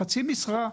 חצי משרה,